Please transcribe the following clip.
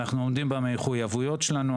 אנחנו עומדים במחויבויות שלנו,